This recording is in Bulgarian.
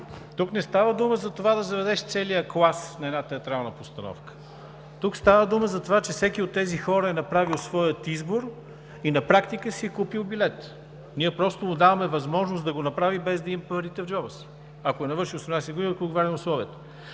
Тук не става дума за това да заведеш целия клас на една театрална постановка. Тук става дума за това, че всеки от тези хора е направил своя избор и на практика си е купил билет. Ние просто му даваме възможност да го направи, без да има парите в джоба си, ако е навършил 18 години и ако отговаря на условията.